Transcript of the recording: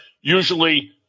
Usually